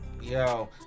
Yo